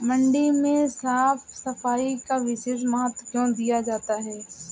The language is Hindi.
मंडी में साफ सफाई का विशेष महत्व क्यो दिया जाता है?